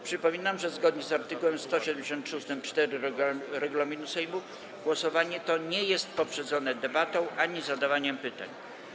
Przypominam, że zgodnie z art. 173 ust. 4 regulaminu Sejmu głosowanie to nie jest poprzedzone debatą ani zadawaniem pytań.